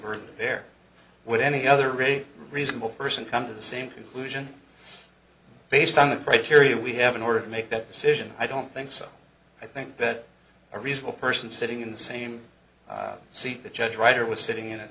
there would any other really reasonable person come to the same conclusion based on the criteria we have in order to make that decision i don't think so i think that a reasonable person sitting in the same seat the judge right or was sitting